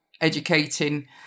educating